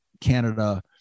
Canada